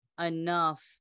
enough